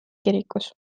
kirikus